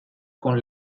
con